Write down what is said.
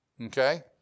Okay